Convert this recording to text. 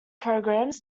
programs